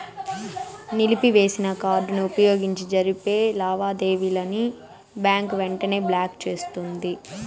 నిలిపివేసిన కార్డుని వుపయోగించి జరిపే లావాదేవీలని బ్యాంకు వెంటనే బ్లాకు చేస్తుంది